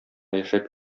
яшәп